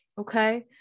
okay